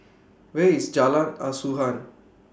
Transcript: Where IS Jalan Asuhan